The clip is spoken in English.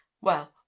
Well